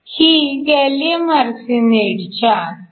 ही gallium arsenide च्या 3